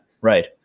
right